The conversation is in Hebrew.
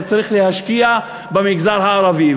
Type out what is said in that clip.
צריך להשקיע במגזר הערבי.